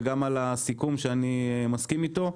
וגם על הסיכום שאני מסכים איתו.